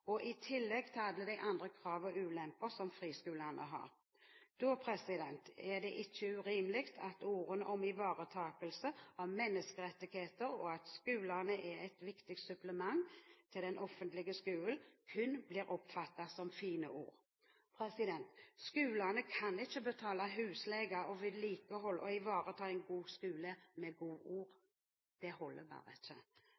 de andre krav og ulemper som friskolene har, da er det ikke urimelig at ordene om ivaretakelse av menneskerettigheter og at skolene er et viktig supplement til den offentlige skolen, kun blir oppfattet som fine ord. Skolene kan ikke betale husleie og vedlikehold og ivareta en god skole med